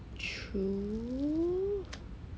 true